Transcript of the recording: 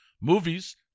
Movies